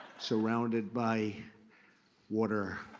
surrounded by water,